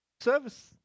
service